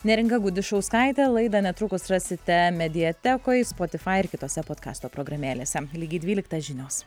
neringa gudišauskaitė laidą netrukus rasite mediatekoje spotifai ir kitose podkasto programėlėse lygiai dvyliktą žinios